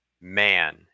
man